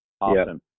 Awesome